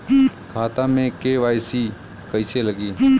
खाता में के.वाइ.सी कइसे लगी?